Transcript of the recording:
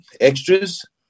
extras